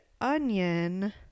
Onion